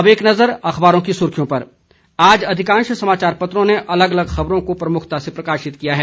अब एक नज़र अखबारों की सुर्खियों पर आज अधिकांश समाचार पत्रों ने अलग अलग खबरों को प्रमुखता से प्रकाशित किया है